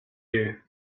you